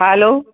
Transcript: hello